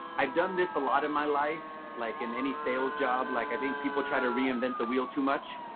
i've done this a lot in my life, like in any sales job, like i think people try to reinvent the wheel too much.